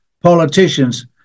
politicians